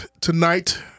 tonight